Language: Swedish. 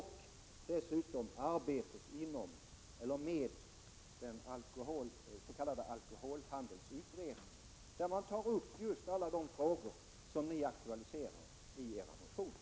Jag pekade också på den s.k. alkoholhandelsutredningen, som nu bereds i regeringskansliet. I den tar man upp just de frågor som ni aktualiserar i era motioner.